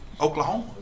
Oklahoma